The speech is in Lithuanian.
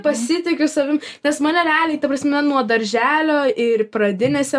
pasitikiu savim nes mane nerealiai ta prasme nuo darželio ir pradinėse